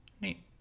Neat